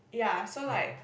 ya so like